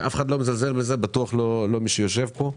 אף אחד לא מזלזל בזה, בטח לא מי שיושב פה.